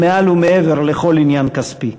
הם מעל ומעבר לכל עניין כספי.